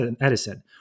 Edison